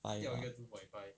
five ah